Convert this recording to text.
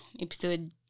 episode